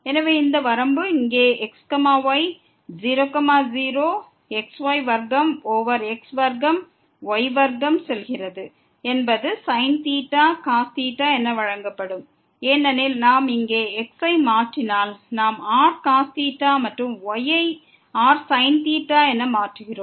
எனவே இந்த வரம்பு இங்கே x y 0 0 xy வர்க்கம் ஓவர் x வர்க்கம் y வர்க்கத்திற்கு செல்கிறது என்பது sin cosθ என வழங்கப்படும் ஏனெனில் நாம் இங்கே x ஐ மாற்றினால் நாம் rcos theta மற்றும் y ஐ rsin theta என மாற்றுகிறோம்